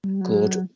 Good